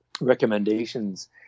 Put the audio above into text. recommendations